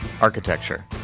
architecture